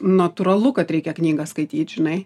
natūralu kad reikia knygą skaityt žinai